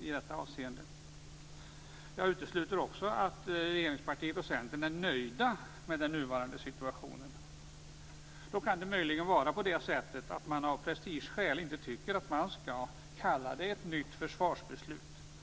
i detta avseende. Jag utesluter också att regeringspartiet och Centern är nöjda med den nuvarande situationen. Då kan det möjligen vara på det sättet att man av prestigeskäl inte tycker att man skall kalla det för ett nytt försvarsbeslut.